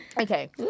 okay